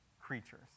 creatures